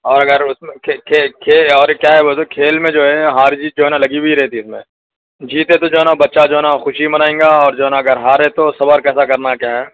اور اگر اُس میں کھیل اور کیا ہے بولے تو کھیل میں جو ہے ہار جیت جو ہے نا لگی ہوئی رہتی اِس میں جیتے تو جو ہے نا بچہ جو ہے نا خوشی منائیں گا اور جو ہے نا اگر ہارے تو صبر کیسا کرنا کیا ہے